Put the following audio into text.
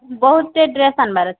ବହୁତ୍ଟେ ଡ୍ରେସ୍ ଆନ୍ବାର୍ ଅଛେ